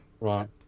right